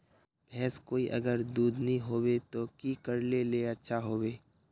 भैंस कोई अगर दूध नि होबे तो की करले ले अच्छा होवे?